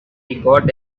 got